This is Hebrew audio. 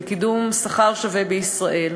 לקידום שכר שווה" בישראל,